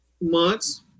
months